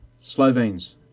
slovenes